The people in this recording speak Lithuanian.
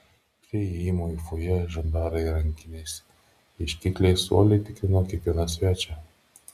prie įėjimo į fojė žandarai rankiniais ieškikliais uoliai tikrino kiekvieną svečią